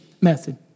method